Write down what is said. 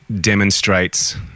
demonstrates